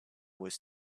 was